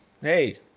Hey